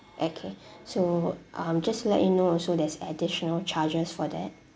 okay so um just to let you know also there's additional charges for that